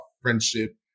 friendship